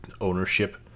ownership